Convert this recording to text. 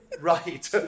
right